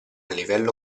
livello